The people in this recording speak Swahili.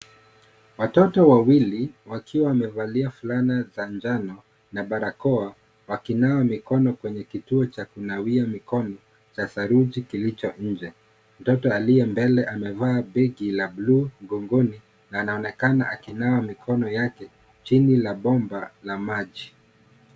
Watoto wawili wakiwa amevalia fulana za njano na barakoa wakinawa mikono kwenye kituo cha kunawia mikono za saruji kilicho nje, mtoto aliye mbele amevalia begi la bluu mgongoni na anaonekana akinawa mikono yake chini la bomba la maji.